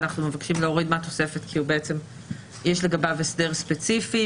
מבקשים להוריד מהתוספת כי יש לגביו הסדר ספציפי